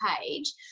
page